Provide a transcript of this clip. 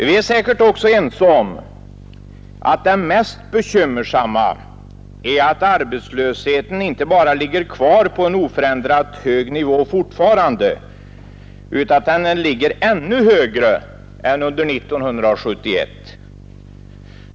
Vi är säkert också ense om att det mest bekymmersamma är att arbetslösheten inte bara ligger kvar på en oförändrat hög nivå utan att den ligger ännu högre än under 1971.